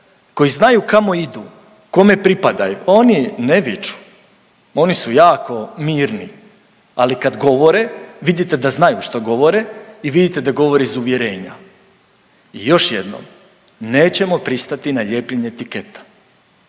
koji znaju kamo idu, kome pripadaju oni ne viču, oni su jako mirni, ali kad govore vidite da znaju šta govore i vidite da govore iz uvjerenja. I još jednom, nećemo pristati na lijepljenje etiketa,